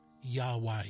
Yahweh